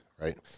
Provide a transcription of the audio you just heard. right